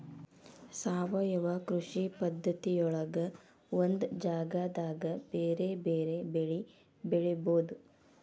ಸಾವಯವ ಕೃಷಿ ಪದ್ಧತಿಯೊಳಗ ಒಂದ ಜಗದಾಗ ಬೇರೆ ಬೇರೆ ಬೆಳಿ ಬೆಳಿಬೊದು